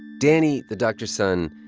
danny, the doctor's son,